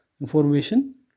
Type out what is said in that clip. Information